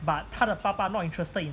but 他的爸爸 not interested in